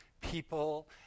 people